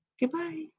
goodbye